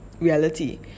reality